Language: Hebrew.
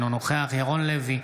אינו נוכח ירון לוי,